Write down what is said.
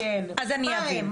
אז אני אבין - כן,